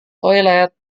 toilet